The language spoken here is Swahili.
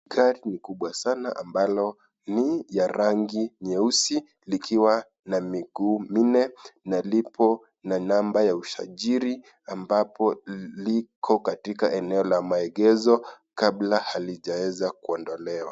Gari ni kubwa sana ambalo ni ya rangi nyeusi likiwa na miguu mine na lipo na namba ya usajiri ambapo liko katika maeneo ya maegezo kabla halijaweza kuondolewa.